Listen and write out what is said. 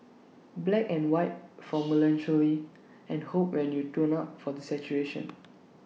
black and white for melancholy and hope when you turn up for the saturation